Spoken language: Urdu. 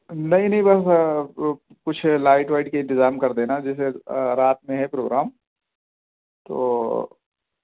نہیں نہیں بس کچھ لائٹ وائٹ کے انتظام کر دینا جیسے رات میں ہے پروگرام تو